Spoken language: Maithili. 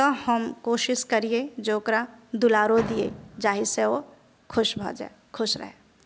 तऽ हम कोशिश करिए जे ओकरा दुलारो दियै जाहिसँ ओ खुश भऽ जाय खुश रहय